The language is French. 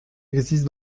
existe